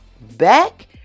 back